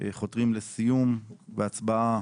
חותרים לסיום והצבעה